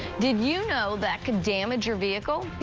did you know that could damage your vehicle?